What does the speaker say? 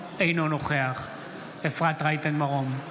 אינו נוכח אפרת רייטן מרום,